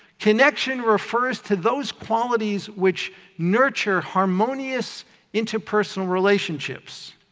connection refers to those qualities which nurture harmonious interpersonal relationships,